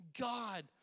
God